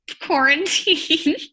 Quarantine